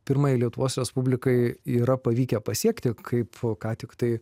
pirmajai lietuvos respublikai yra pavykę pasiekti kaip ką tik tai